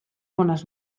bones